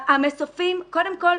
קודם כל,